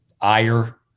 ire